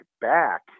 back